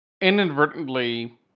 inadvertently